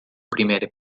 primer